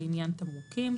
לעניין תמרוקים.